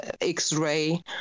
X-ray